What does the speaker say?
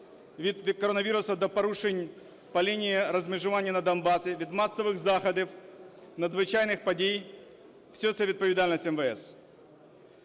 від коронавірусу до порушень по лінії розмежування на Донбасі, від масових заходів, надзвичайних подій – все це відповідальність МВС.